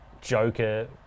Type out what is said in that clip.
joker